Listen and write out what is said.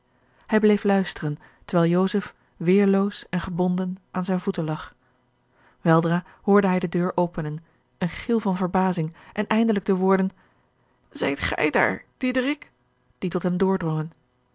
hij bleef luisteren terwijl joseph weerloos en gebonden aan zijne voeten lag weldra hoorde hij de deur openen een gil van verbazing en eindelijk de woorden zijt gij daar diederik die tot hem